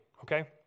okay